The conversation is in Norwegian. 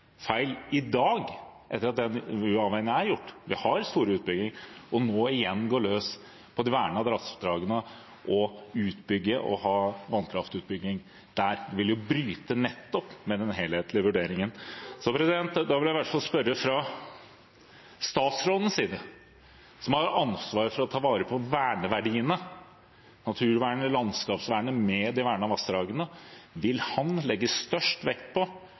feil i dag, etter at den avveiningen er gjort – vi har store utbygginger – nå igjen å gå løs på de vernede vassdragene og bygge ut og ha vannkraftutbygging der. Det vil jo bryte med nettopp den helhetlige vurderingen. Jeg vil i hvert fall spørre: Fra statsrådens side – han som har ansvar for å ta vare på verneverdiene: naturvernet, landskapsvernet og de vernede vassdragene – vil han legge størst vekt på